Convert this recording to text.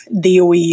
DOE